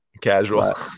Casual